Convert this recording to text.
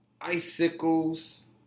icicles